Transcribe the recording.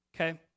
Okay